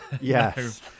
Yes